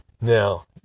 Now